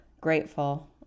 grateful